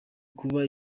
kuba